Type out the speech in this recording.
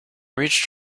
reached